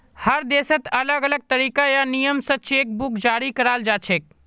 हर देशत अलग अलग तरीका या नियम स चेक बुक जारी कराल जाछेक